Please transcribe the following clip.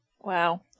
Wow